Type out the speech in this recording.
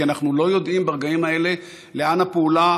כי אנחנו לא יודעים ברגעים אלו לאן הפעולה,